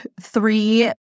three